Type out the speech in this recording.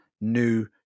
new